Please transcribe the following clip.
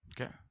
Okay